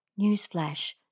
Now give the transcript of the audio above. Newsflash